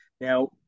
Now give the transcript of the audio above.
Now